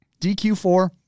DQ4